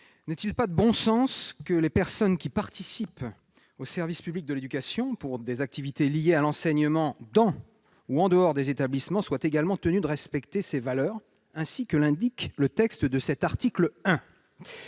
N'est-il pas de bon sens que les personnes participant au service public de l'éducation, pour des activités liées à l'enseignement dans les établissements ou en dehors d'eux, soient également tenues de respecter ses valeurs, comme l'indique le texte de l'article 1